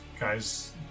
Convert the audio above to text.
Guys